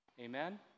Amen